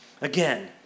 Again